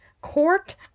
court